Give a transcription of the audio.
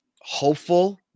hopeful